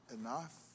enough